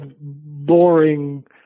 boring